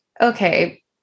okay